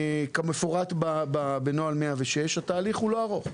כמפורט בנוהל 106 התהליך הוא לא ארוך.